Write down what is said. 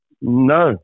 No